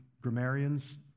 grammarians